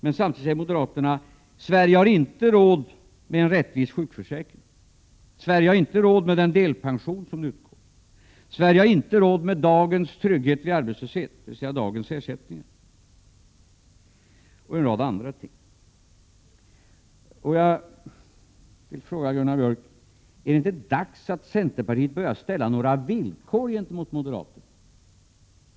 Men samtidigt säger moderaterna: Sverige har inte råd med en rättvis sjukförsäkring, inte heller med den delpensionsnivå som vi har genomfört. Sverige skulle inte heller ha råd med dagens trygghet vid arbetslöshet, dvs. med de arbetslöshetsersättningar som i dag utbetalas, och inte heller med en rad andra utgiftsposter. Jag vill fråga Gunnar Björk: Är det inte dags att centerpartiet börjar ställa några villkor gentemot moderaterna?